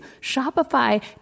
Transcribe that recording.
Shopify